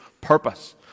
purpose